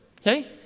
okay